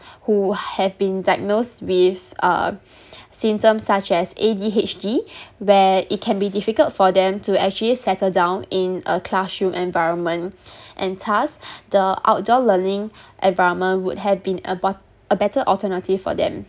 who have been diagnosed with uh symptoms such as A_D_H_D where it can be difficult for them to actually settle down in a classroom environment and thus the outdoor learning environment would have been a bat~ a better alternative for them